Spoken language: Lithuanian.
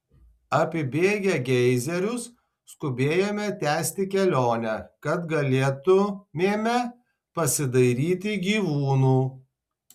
apibėgę geizerius skubėjome tęsti kelionę kad galėtumėme pasidairyti gyvūnų